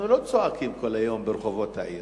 אנחנו לא צועקים כל היום ברחובות העיר,